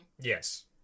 Yes